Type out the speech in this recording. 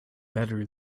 better